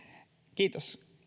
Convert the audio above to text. kiitos